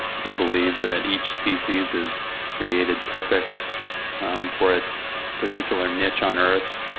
if you believe that each species is created perfect for its particular niche on earth,